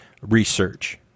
Research